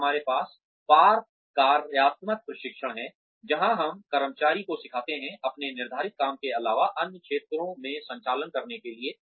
फिर हमारे पास पार कार्यात्मक प्रशिक्षण है जहां हम कर्मचारियों को सिखाते हैं अपने निर्धारित काम के अलावा अन्य क्षेत्रों में संचालन करने के लिए